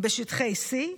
בשטחי C,